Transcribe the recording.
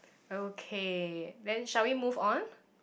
okay then shall we move on